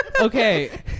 Okay